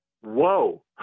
Whoa